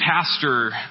pastor